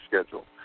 schedule